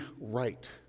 right